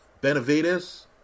Benavides